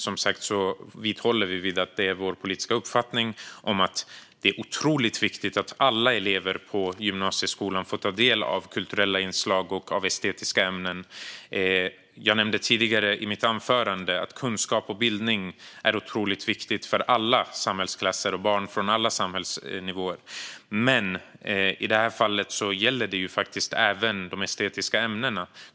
Vi vidhåller vår politiska uppfattning att det är otroligt viktigt att alla elever på gymnasieskolan får ta del av kulturella inslag och estetiska ämnen. Jag nämnde tidigare i mitt anförande att kunskap och bildning är otroligt viktigt för alla samhällsklasser och barn från alla samhällsnivåer. I det här fallet gäller det även de estetiska ämnena.